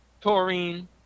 taurine